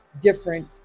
different